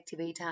activator